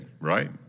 right